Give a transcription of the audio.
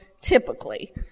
typically